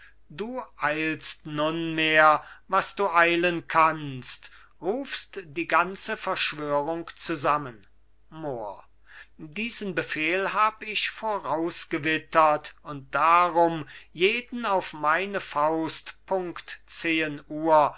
du eilst nunmehr was du eilen kannst rufst die ganze verschwörung zusammen mohr diesen befehl hab ich vorausgewittert und darum jeden auf meine faust punkt zehn uhr